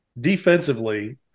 Defensively